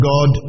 God